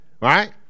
right